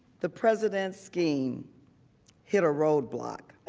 the president scheme hit a roadblock.